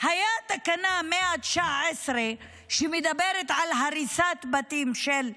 הייתה תקנה 119 שמדברת על הריסת בתים של מחבלים.